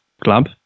club